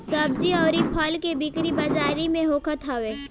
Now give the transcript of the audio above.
सब्जी अउरी फल के बिक्री बाजारी में होत हवे